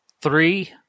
three